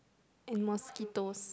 and mosquitos